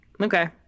Okay